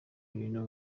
ibintu